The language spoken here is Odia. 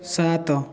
ସାତ